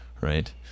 right